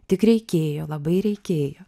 tik reikėjo labai reikėjo